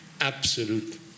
absolute